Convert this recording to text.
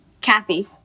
Kathy